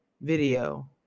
video